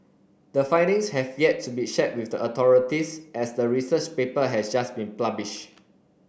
the findings have yet to be shared with the authorities as the research paper has just been published